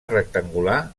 rectangular